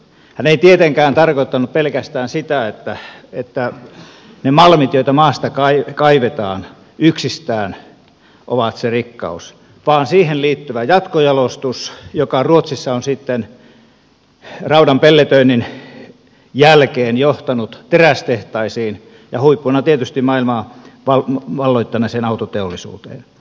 hän ei tietenkään tarkoittanut pelkästään sitä että ne malmit joita maasta kaivetaan yksistään ovat se rikkaus vaan siihen liittyvä jatkojalostus joka ruotsissa on sitten raudan pelletöinnin jälkeen johtanut terästehtaisiin ja huippuna tietysti maailmaa valloittaneeseen autoteollisuuteen